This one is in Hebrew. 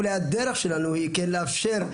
אולי הדרך שלנו היא כן לאפשר,